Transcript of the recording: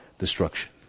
destruction